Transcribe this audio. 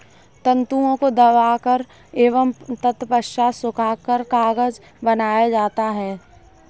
तन्तुओं को दबाकर एवं तत्पश्चात सुखाकर कागज बनाया जाता है